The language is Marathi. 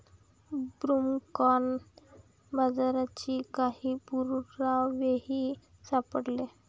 ब्रूमकॉर्न बाजरीचे काही पुरावेही सापडले